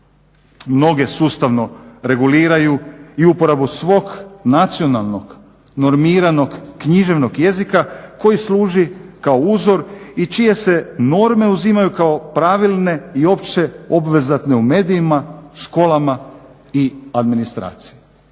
Mnoge sustavno reguliraju i uporabu svog nacionalnog, normiranog, književnog jezika koji služi kao uzor i čije se norme uzimaju kao pravilne i opće obvezatne u medijima, školama i administraciji.